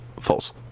False